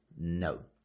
no